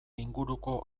inguruko